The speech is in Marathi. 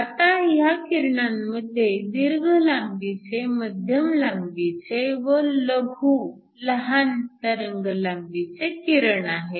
आता ह्या किरणांमध्ये दीर्घ लांबीचे मध्यम लांबीचे व लघु लहान तरंगलांबीचे किरण आहेत